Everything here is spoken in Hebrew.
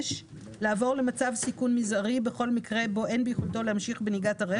לעבור למצב סיכון מזערי בכל מקרה בו אין ביכולתו להמשיך בנהיגת הרכב,